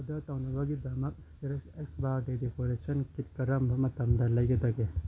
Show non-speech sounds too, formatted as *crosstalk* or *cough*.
order ꯇꯧꯅꯕꯒꯤꯗꯃꯛ *unintelligible* H birthday decoration kit ꯀꯔꯝꯕ ꯃꯇꯝꯗ ꯂꯩꯒꯗꯒꯦ